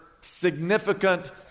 significant